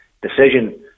decision